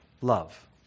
love